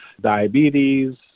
diabetes